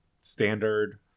standard